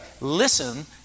listen